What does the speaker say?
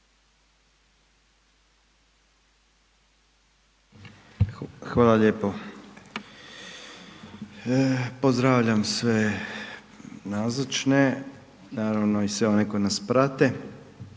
Hvala lijepo. Pozdravljam sve nazočne, naravno i sve one koji nas prate.